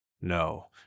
No